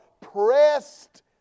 pressed